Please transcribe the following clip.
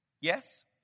Yes